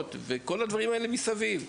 זכויות ולכל הדברים האלה מסביב.